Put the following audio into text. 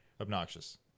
Obnoxious